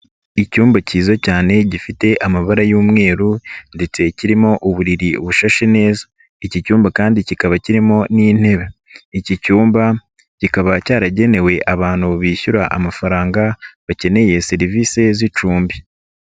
Icyumba cyiza cyane gifite amabara y'umweru ndetse kirimo uburiri bushashe neza. Iki cyumba kandi kikaba kirimo n'intebe. Iki cyumba kikaba cyaragenewe abantu bishyura amafaranga, bakeneye serivisi z'icumbi.